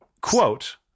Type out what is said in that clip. quote